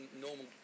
normal